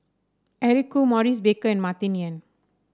Eric Khoo Maurice Baker and Martin Yan